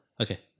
Okay